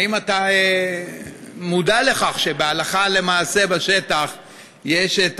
האם אתה מודע לכך שהלכה למעשה בשטח יש,